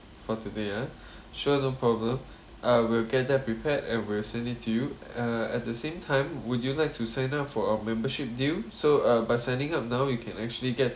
for today ah sure no problem I will get that prepared and we'll send it to you uh at the same time would you like to sign up for a membership deal so uh by signing up now you can actually get